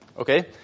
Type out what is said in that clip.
Okay